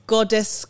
Goddess